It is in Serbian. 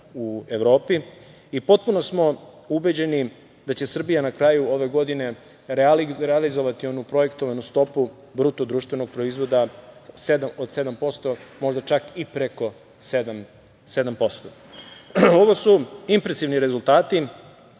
u Evropi i potpuno smo ubeđeni da će Srbija na kraju ove godine realizovati onu projektovanu stopu BDP od 7%, možda čak i preko 7%.Ovo su impresivni rezultati